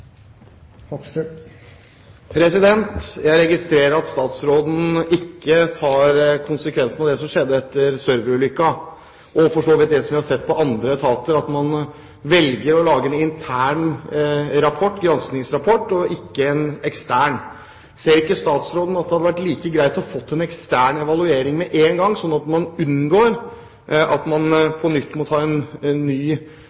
som skjedde etter «Server»-ulykken. Det er for så vidt også det vi har sett i andre etater, at man velger å lage en intern granskningsrapport og ikke en ekstern. Ser ikke statsråden at det hadde vært like greit å få en ekstern evaluering med én gang for å unngå at man må få en ny